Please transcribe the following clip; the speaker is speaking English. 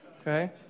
okay